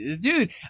Dude